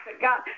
God